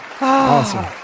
awesome